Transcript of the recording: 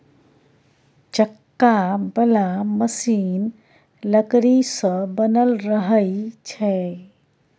चक्का बला मशीन लकड़ी सँ बनल रहइ छै